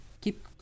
keep